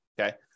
okay